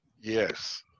Yes